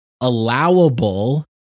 allowable